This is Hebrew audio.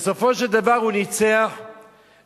ובסופו של דבר הוא ניצח והבג"ץ